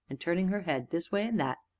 and turning her head this way and that,